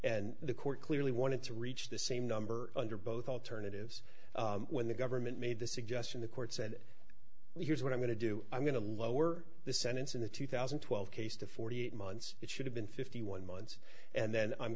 and the court clearly wanted to reach the same number under both alternatives when the government made the suggestion the court said well here's what i'm going to do i'm going to lower the sentence in the two thousand and twelve case to forty eight months it should have been fifty one months and then i'm